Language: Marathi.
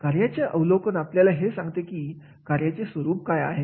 कार्याचे अवलोकन आपल्याला हे सांगते की कार्याचे स्वरूप काय आहे